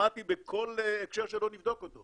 דרמטי בכל הקשר שלא נבדוק אותו